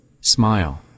Smile